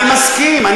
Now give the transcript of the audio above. אני מסכים אתך.